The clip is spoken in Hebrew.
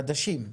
חדשים?